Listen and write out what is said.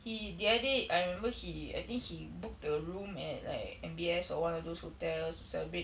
he the other day I remember he I think he booked a room at like M_B_S or what lah those hotels to celebrate